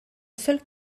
seul